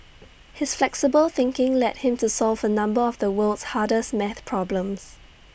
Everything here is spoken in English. his flexible thinking led him to solve A number of the world's hardest math problems